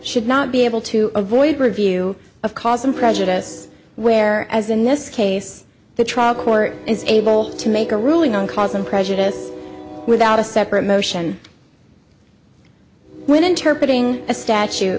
should not be able to avoid review of cause and prejudice where as in this case the trial court is able to make a ruling on cause and prejudice without a separate motion when inter putting a statute